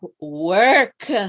work